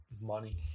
money